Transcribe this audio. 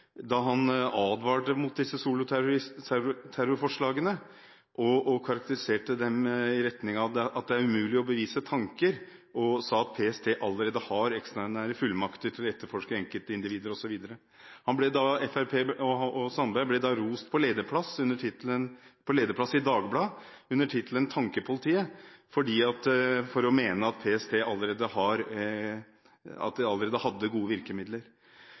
advarte han mot disse soloterrorismeforslagene og karakteriserte dem i retning av at det er umulig å bevise tanker. Og han sa: «PST har allerede en ekstraordinær fullmakt til å etterforske enkeltindivider.» Fremskrittspartiet og Sandberg ble da rost på lederplass i Dagbladet under tittelen «Tankepolitiet» for å mene at PST allerede hadde gode virkemidler. Med forbehold om at